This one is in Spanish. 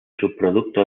subproducto